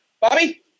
Bobby